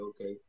okay